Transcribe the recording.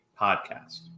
podcast